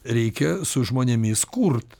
reikia su žmonėmis kurt